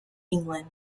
england